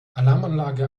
alarmanlage